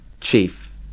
chief